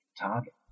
target